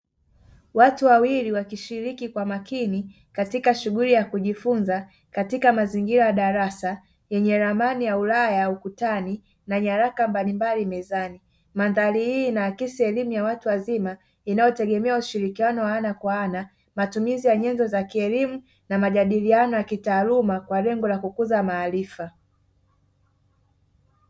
Watu wawili wakishiriki kwa makini katika shughuli ya kujifunza katika mazingira ya darasa, yenye ramani ya ulaya ukutani na nyaraka mbalimbali mezani, Mandhari hii inaakisi elimu ya watu wazima inayotegemea ushirikiano wa ana kwa ana. Matumizi ya nyenzo za kielimu na majadiliano ya kitaaluma kwa lengo la kukuza maarifa.